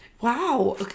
wow